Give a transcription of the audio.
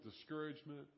discouragement